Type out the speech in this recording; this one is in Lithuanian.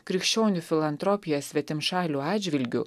krikščionių filantropija svetimšalių atžvilgiu